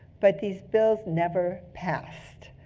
but these bills never passed.